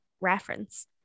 reference